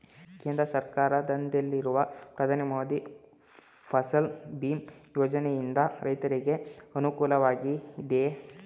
ಕೇಂದ್ರ ಸರ್ಕಾರದಿಂದಿರುವ ಪ್ರಧಾನ ಮಂತ್ರಿ ಫಸಲ್ ಭೀಮ್ ಯೋಜನೆಯಿಂದ ರೈತರಿಗೆ ಅನುಕೂಲವಾಗಿದೆಯೇ?